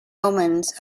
omens